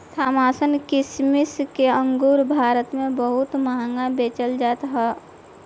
Thompson किसिम के अंगूर भारत में बहुते महंग बेचल जात हअ